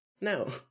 no